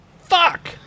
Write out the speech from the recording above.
Fuck